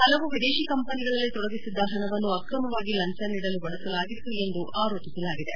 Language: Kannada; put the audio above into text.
ಹಲವು ವಿದೇಶಿ ಕಂಪನಿಗಳಲ್ಲಿ ತೊಡಗಿಸಿದ್ದ ಹಣವನ್ನು ಆಕ್ರಮವಾಗಿ ಲಂಚ ನೀಡಲು ಬಳಸಲಾಗಿತ್ತು ಎಂದು ಆರೋಪಿಸಲಾಗಿದೆ